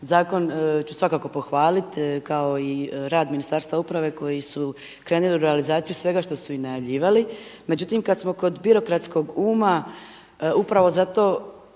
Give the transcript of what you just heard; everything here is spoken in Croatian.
Zakon ću svakako pohvalit kao i rad Ministarstva uprave koji su krenuli u realizaciju svega što su i najavljivali. Međutim, kad smo kod birokratskog uma upravo zato